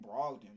Brogdon